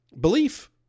belief